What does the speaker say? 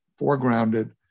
foregrounded